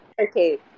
Okay